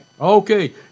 Okay